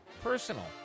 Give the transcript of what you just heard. personal